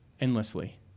endlessly